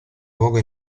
luogo